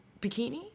bikini